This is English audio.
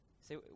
say